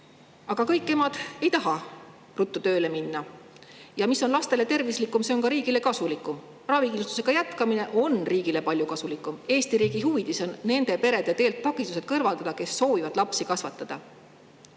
Aga kõik emad ei taha ruttu tööle minna, ja mis on laste jaoks tervislikum, see on ka riigi jaoks kasulikum. Ravikindlustusega jätkamine on riigi jaoks palju kasulikum. Eesti riigi huvides on nende perede teelt takistused kõrvaldada, kes soovivad lapsi kasvatada.